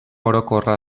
orokorra